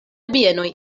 bienoj